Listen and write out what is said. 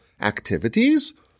activities